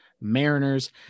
Mariners